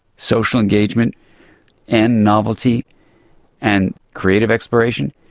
social engagement and novelty and creative exploration.